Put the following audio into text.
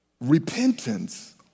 Repentance